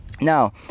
Now